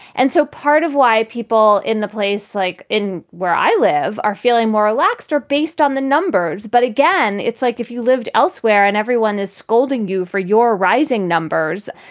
and so part of why people in the place, like in where i live, are feeling more relaxed, are based on the numbers. but again, it's like if you lived elsewhere and everyone is scolding you for your rising numbers,